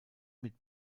mit